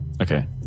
Okay